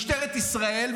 משטרת ישראל,